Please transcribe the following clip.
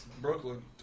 Brooklyn